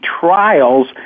Trials